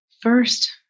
First